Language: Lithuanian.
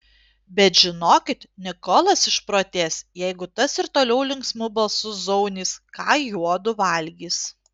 bet žinokit nikolas išprotės jeigu tas ir toliau linksmu balsu zaunys ką juodu valgys